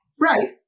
right